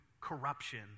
corruption